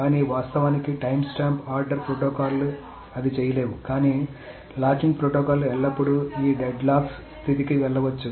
కానీ వాస్తవానికి timestamp order ప్రోటోకాల్లు అది చేయలేవు కానీ లాకింగ్ ప్రోటోకాల్లు ఎల్లప్పుడూ ఈ డెడ్లాక్స్ స్థితికి వెళ్లవచ్చు